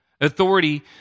authority